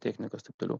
technikos taip toliau